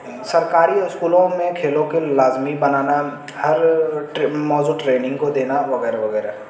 سرکاری اسکولوں میں کھیلوں کے لازمی بنانا ہر موضوع ٹریننگ کو دینا وغیرہ وغیرہ